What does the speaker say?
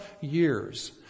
years